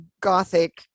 gothic